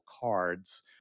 cards